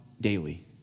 daily